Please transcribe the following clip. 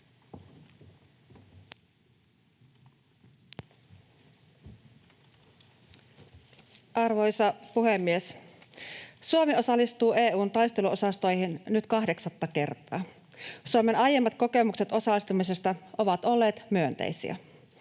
Arvoisa puhemies! Suomi osallistuu EU:n taisteluosastoihin nyt kahdeksatta kertaa. Suomen aiemmat kokemukset osallistumisesta ovat olleet myönteisiä.